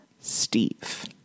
Steve